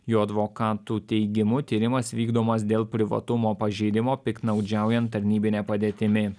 jo advokatų teigimu tyrimas vykdomas dėl privatumo pažeidimo piktnaudžiaujant tarnybine padėtimi